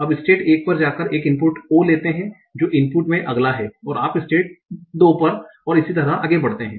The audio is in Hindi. अब स्टेट 1 पर आप एक इनपुट o लेते हैं जो इनपुट में अगला है और आप स्टेट 2 पर और इसी तरह आगे बढ़ते हैं